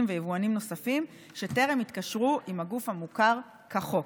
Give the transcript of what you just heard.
ויבואנים נוספים שטרם התקשרו עם הגוף המוכר כחוק.